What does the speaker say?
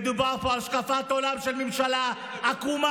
מדובר פה על השקפת עולם של ממשלה עקומה,